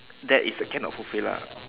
that is uh cannot fulfill lah